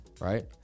right